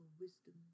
wisdom